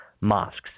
mosques